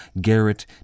Garrett